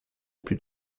plus